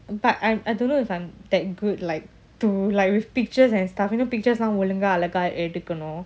but I I don't know if I'm that good like to like with pictures and stuff you know pictures ஒழுங்காஅழகாஎடுக்கணும்:olunga alaga edukanum